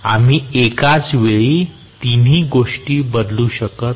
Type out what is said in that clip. आम्ही एकाच वेळी तिन्ही गोष्टी बदलू शकत नाही